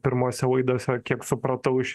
pirmose laidose kiek supratau iš